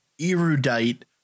erudite